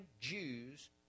Jews